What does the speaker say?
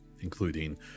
including